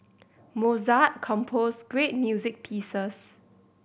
Mozart composed great music pieces